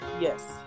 yes